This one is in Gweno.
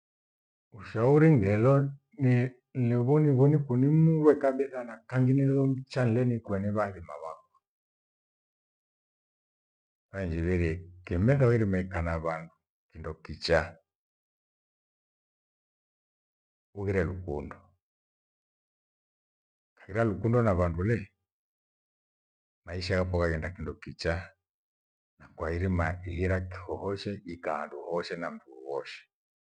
Ushauri ngelo ni- nilevunivo nimrwe kabisa na kangi nizomcha nileni kweni rwairima wakwa. Anjivirie kimethawirime nimeikaa na vandu kindo kichaa. Ughwire lukundo, haghira lukundo na vandu lei. Maisha yakwa waghenda kindo kichaa na kwairima ihira kikohoshe ikahandu hoshe na mndu wowoshe